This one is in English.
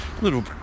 little